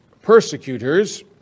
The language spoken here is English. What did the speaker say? persecutors